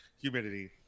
humidity